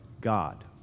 God